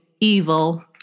evil